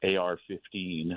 AR-15